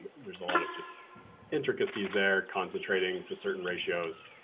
there's a lot of just intricacies there, concentrating to certain ratios.